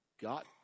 got